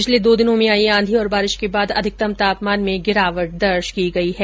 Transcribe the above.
पिछले दो दिनों में आई आंधी और बारिश के बाद अधिकतम तापमान में गिरावट दर्ज की गई है